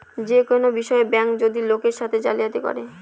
যে কোনো বিষয়ে ব্যাঙ্ক যদি লোকের সাথে জালিয়াতি করে